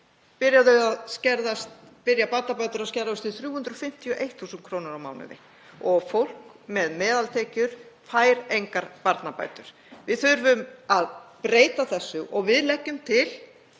hér á landi byrja barnabætur að skerðast við 351.000 kr. á mánuði og fólk með meðaltekjur fær engar barnabætur. Við þurfum að breyta þessu og við leggjum til